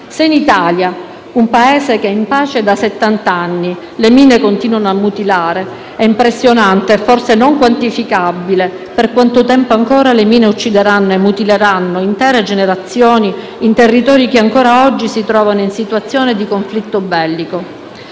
Se in Italia, un Paese in pace da settant'anni, le mine continuano a mutilare, è impressionante e forse non quantificabile per quanto tempo ancora le mine uccideranno e mutileranno intere generazioni in territori che ancora oggi si trovano in situazioni di conflitto bellico.